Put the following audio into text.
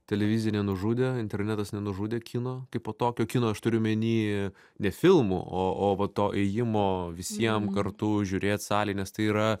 televizija nenužudė internetas nenužudė kino kaipo tokio kino aš turiu omeny ne filmų o o va to ėjimo visiem kartu žiūrėt salėj nes tai yra